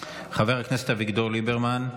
חבר הכנסת אביגדור ליברמן,